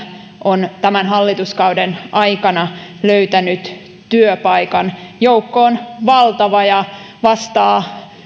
on tämän hallituskauden aikana löytänyt työpaikan joukko on valtava ja vastaa